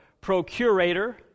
procurator